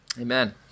amen